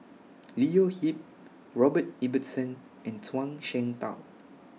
Leo Yip Robert Ibbetson and Zhuang Shengtao